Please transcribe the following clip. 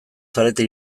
zarete